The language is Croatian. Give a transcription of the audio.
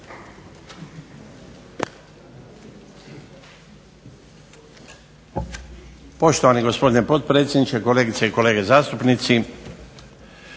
Poštovani gospodine potpredsjedniče, kolegice i kolege zastupnici.